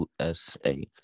USA